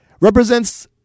represents